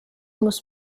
muss